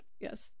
yes